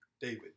David